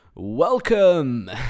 Welcome